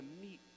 meet